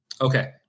okay